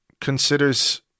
considers